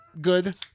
good